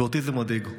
ואותי זה מדאיג,